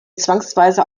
zwangsweise